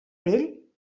vell